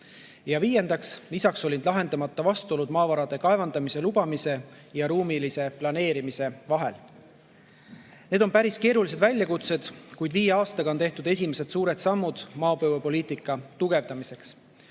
ja viiendaks, lahendamata olid vastuolud maavarade kaevandamise lubamise ja ruumilise planeerimise vahel. Need on päris keerulised väljakutsed, kuid viie aastaga on tehtud esimesed suured sammud maapõuepoliitika tugevdamiseks.